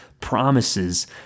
promises